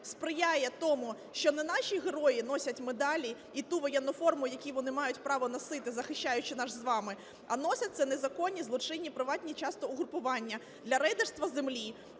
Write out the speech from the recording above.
сприяє тому, що не наші герої носять медалі і ту воєнну форму, яку вони мають право носити, захищаючи наше з вами, а носяться це незаконні злочинні приватні часто угрупування для рейдерства землі,